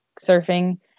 surfing